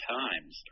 times